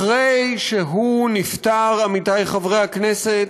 אחרי שהוא נפטר, עמיתי חברי הכנסת,